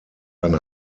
ein